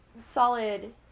solid